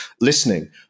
listening